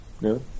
No